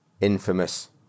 infamous